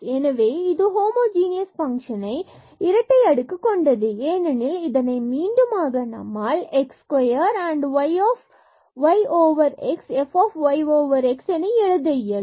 எனவே இது ஹோமோஜனியஸ் ஃபங்க்ஷன்ஜ இரட்டை அடுக்கு கொண்டது ஏனெனில் இதனை மீண்டுமாக நம்மால் x square y x f y x என எழுத இயலும்